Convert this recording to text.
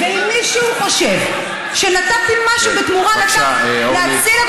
ואם מישהו חושב שנתתי משהו בתמורה להציל את